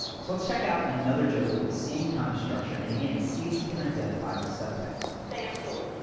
so let's check out another joke with the same kind of structure and again, see if you can identify the subtext. stay in school.